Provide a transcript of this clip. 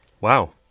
Wow